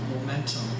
momentum